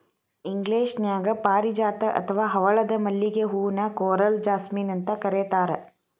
ಇಂಗ್ಲೇಷನ್ಯಾಗ ಪಾರಿಜಾತ ಅತ್ವಾ ಹವಳದ ಮಲ್ಲಿಗೆ ಹೂ ನ ಕೋರಲ್ ಜಾಸ್ಮಿನ್ ಅಂತ ಕರೇತಾರ